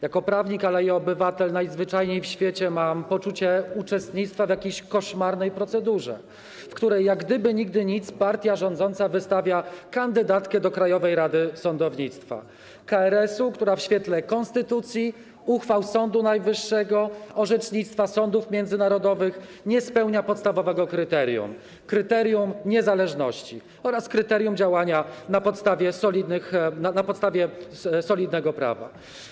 Jako prawnik, ale i obywatel, najzwyczajniej w świecie mam poczucie uczestnictwa w jakiejś koszmarnej procedurze, w której jak gdyby nigdy nic partia rządząca wystawia kandydatkę do Krajowej Rady Sądownictwa, która w świetle konstytucji, uchwał Sądu Najwyższego, orzecznictwa sądów międzynarodowych nie spełnia podstawowego kryterium, czyli kryterium niezależności, oraz kryterium działania na podstawie solidnego prawa.